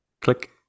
click